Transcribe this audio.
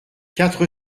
quatre